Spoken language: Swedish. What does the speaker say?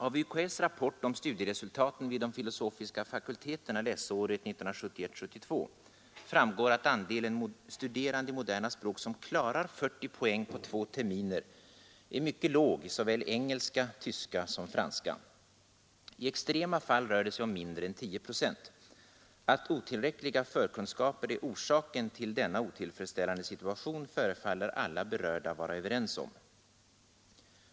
Av UKÄ:s rapport om studieresultaten vid de filosofiska fakulteterna läsåret 1971/72 framgår att andelen studerande i moderna språk som klarar 40 poäng på två terminer är mycket låg i såväl engelska, tyska som franska. I extrema fall rör det sig om mindre än 10 procent. Att otillräckliga förkunskaper är orsaken till denna otillfredsställande situation förefaller alla berörda vara överens om.